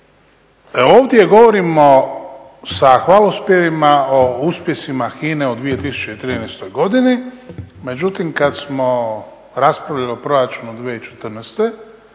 Ovdje govorimo sa hvalospjevima o uspjesima HINA-e u 2013. godini, međutim kad smo raspravljali o proračunu 2014. gdje